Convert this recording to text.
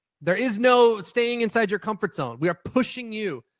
there is no staying inside your comfort zone. we're pushing you.